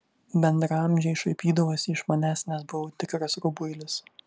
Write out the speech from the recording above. bendraamžiai šaipydavosi iš manęs nes buvau tikras rubuilis